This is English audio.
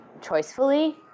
choicefully